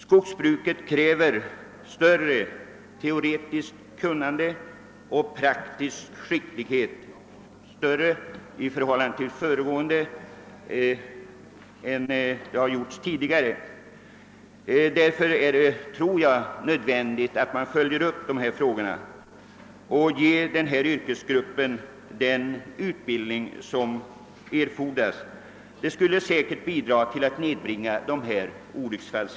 Skogsbruket kräver numera större teoretiskt kunnande och praktisk skicklighet än tidigare. Därför är det nödvändigt att dessa frågor följs upp och att denna yrkesgrupp ges den utbildning som erfordras. Det skulle säkerligen bidra till att nedbringa antalet olycksfall.